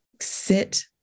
sit